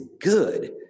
good